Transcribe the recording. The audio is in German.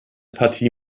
partie